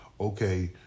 okay